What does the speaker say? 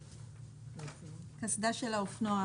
176. קסדה של האופנוע.